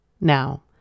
Now